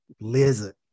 lizard